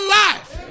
life